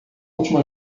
última